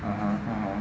(uh huh) (uh huh)